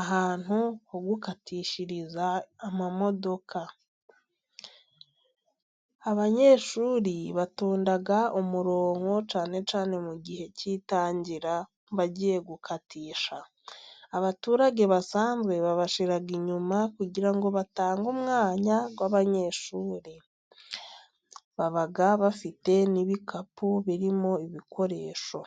ahantu ho gukatishiriza amamodoka. Abanyeshuri batonda umurongo， cyane cyane mu gihe k'itangira，bagiye gukatisha. Abaturage basanzwe babashyira inyuma，kugira ngo batange umwanya w'abanyeshuri， baba bafite n'ibikapu birimo ibikoresho.